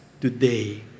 today